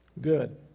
Good